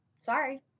Sorry